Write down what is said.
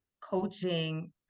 coaching